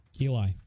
Eli